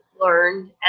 learned